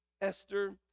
Esther